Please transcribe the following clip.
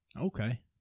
Okay